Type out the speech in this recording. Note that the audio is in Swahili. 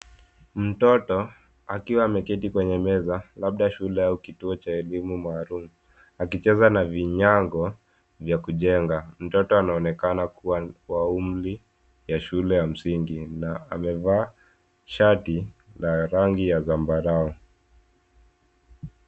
Mtoto akiwa ameketi kwenye meza labda shule au kituo cha elimu maalum akicheza na vinyago vya kujenga, mtoto anaonekana kuwa umri ya shule ya msingi na amevaa shati la rangi ya zambarau.